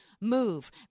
move